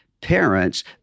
parents